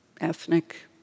ethnic